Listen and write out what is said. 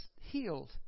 healed